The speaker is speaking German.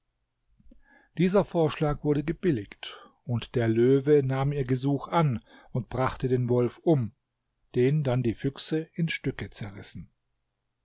dieser vorschlag wurde gebilligt und der löwe nahm ihr gesuch an und brachte den wolf um den dann die füchse in stücke zerrissen